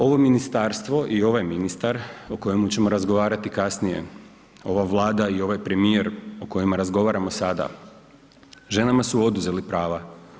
Ovo ministarstvo i ovaj ministar o kojemu ćemo razgovarati kasnije, ova Vlada i ovaj premijer o kojima razgovaramo sada, ženama su oduzeli prava.